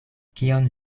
kion